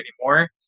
anymore